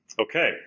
Okay